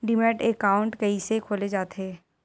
Demat account कइसे खोले जाथे?